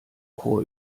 chor